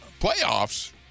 Playoffs